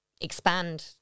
expand